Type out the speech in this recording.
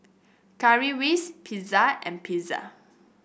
Currywurst Pizza and Pizza